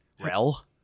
Rel